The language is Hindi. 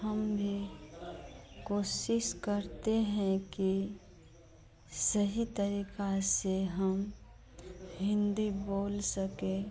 हम भी कोशिश करते हैं कि सही तरीक़े से हम हिन्दी बोल सकें